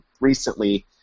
recently